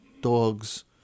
dogs